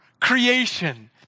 creation